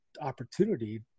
opportunity